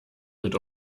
mit